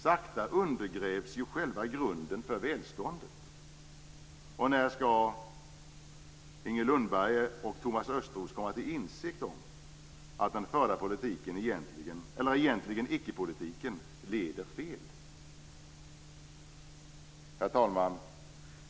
Sakta undergrävs själva grunden för välståndet. När skall Inger Lundberg och Thomas Östros komma till insikt om att den förda politiken, som egentligen är en icke-politik, leder fel? Herr talman!